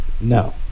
No